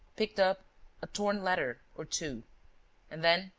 picked up a torn letter or two and then,